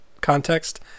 context